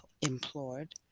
implored